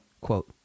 quote